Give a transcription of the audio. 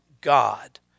God